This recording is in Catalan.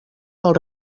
del